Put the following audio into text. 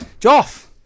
Joff